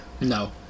No